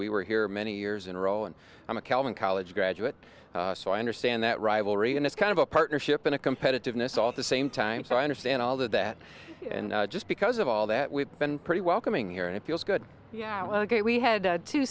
we were here many years in a row and i'm a calvin college graduate so i understand that rivalry and it's kind of a partnership in a competitiveness all at the same time so i understand all that that just because of all that we've been pretty welcoming here and it feels good yeah ok we had two